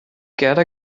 gerda